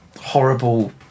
horrible